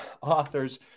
authors